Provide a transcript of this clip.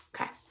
Okay